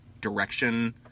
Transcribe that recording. direction